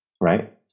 Right